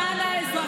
מתן, תסביר לה מה זה.